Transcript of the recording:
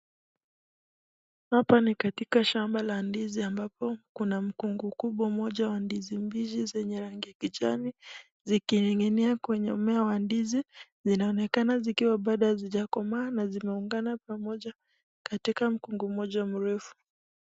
Hapa ni katika shamba la ndizi ambapo kuna mkungu kubwa moja wa ndizi mbichi zenye rangi ya kijani zikining'inia kwenye mmea wa ndizi. Zinaonekana zikiwa bado hazijakomaa na zimeungana pamoja katika mkungu mmoja mrefu.